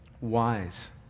wise